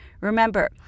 Remember